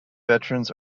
veterans